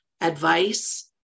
advice